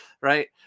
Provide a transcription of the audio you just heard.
right